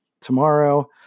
tomorrow